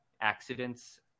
accidents